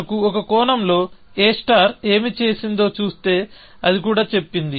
మనకు ఒక కోణంలో a ఏమి చేసిందో చూస్తే అది కూడా చెప్పింది